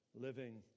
living